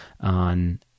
on